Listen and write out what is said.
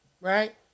Right